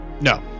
No